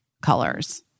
colors